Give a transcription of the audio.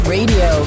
Radio